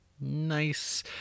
Nice